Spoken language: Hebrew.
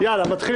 אלא "מעטים".